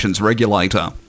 Regulator